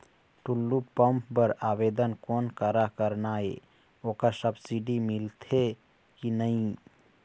Tullu pump बर आवेदन कोन करा करना ये ओकर सब्सिडी मिलथे की नई?